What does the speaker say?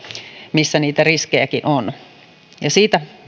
missä niitä riskejäkin on ja siitä